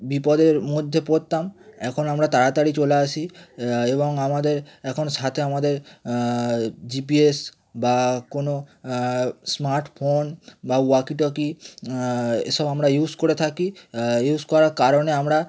বিপদের মধ্যে পড়তাম এখন আমরা তাড়াতাড়ি চলে আসি এবং আমাদের এখন সাথে আমাদের জিপিএস বা কোনও স্মার্টফোন বা ওয়াকিটকি এসব আমরা ইউজ করে থাকি ইউজ করার কারণে আমরা